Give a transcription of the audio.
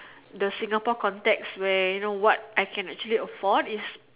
the Singapore context where you know what I can actually afford is